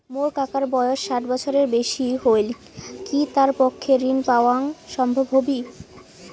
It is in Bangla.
মোর কাকার বয়স ষাট বছরের বেশি হলই কি তার পক্ষে ঋণ পাওয়াং সম্ভব হবি?